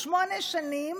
38 שנים